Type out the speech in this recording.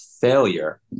failure